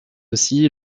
aussi